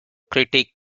critiqued